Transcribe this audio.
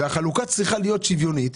החלוקה צריכה להיות שוויונית.